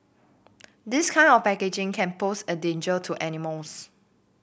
this kind of packaging can pose a danger to animals